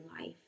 life